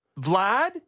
Vlad